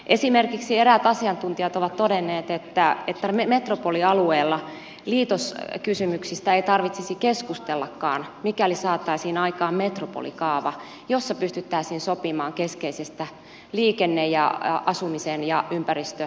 esimerkiksi eräät asiantuntijat ovat todenneet että metropolialueella liitoskysymyksistä ei tarvitsisi keskustellakaan mikäli saataisiin aikaan metropolikaava jossa pystyttäisiin sopimaan keskeisistä liikenne ja asumis ja ympäristökysymyksistä